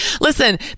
Listen